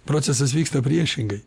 procesas vyksta priešingai